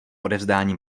odevzdání